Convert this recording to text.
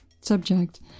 subject